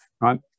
right